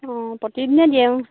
অঁ প্ৰতিদিনে দিয়ে